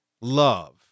love